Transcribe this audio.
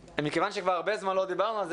מכיוון שכבר הרבה זמן לא דיברנו על זה